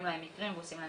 עושים להם סימולציות